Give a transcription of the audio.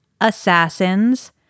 Assassins